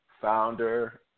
founder